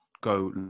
go